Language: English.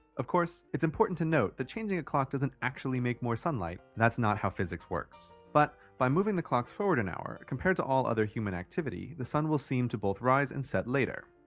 of course, it's important to note that changing a clock doesn't actually make more sunlight that's not how physics works. but, by moving the clocks forward an hour, compared to all other human activity, the sun will seem to both rise and set later.